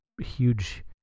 huge